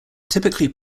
typically